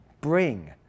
Bring